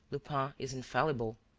lupin is infallible.